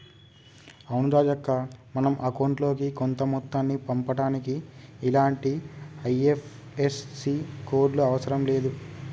అవును రాజక్క మనం అకౌంట్ లోకి కొంత మొత్తాన్ని పంపుటానికి ఇలాంటి ఐ.ఎఫ్.ఎస్.సి కోడ్లు అవసరం లేదు